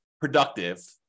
productive